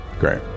Great